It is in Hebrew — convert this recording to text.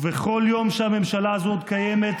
ובכל יום שהממשלה הזו עוד קיימת,